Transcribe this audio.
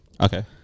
Okay